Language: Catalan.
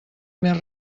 més